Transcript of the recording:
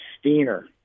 Steiner